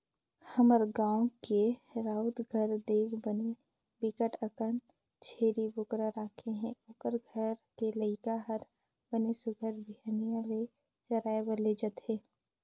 हमर गाँव के राउत घर देख बने बिकट अकन छेरी बोकरा राखे हे, ओखर घर के लइका हर बने सुग्घर बिहनिया ले चराए बर ले जथे